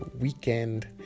weekend